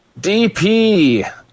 DP